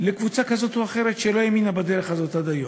לקבוצה כזאת או אחרת שלא האמינה בדרך הזאת עד היום.